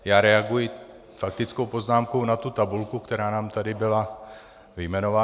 Já reaguji faktickou poznámkou na tu tabulku, která nám tady byla vyjmenována.